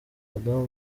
madamu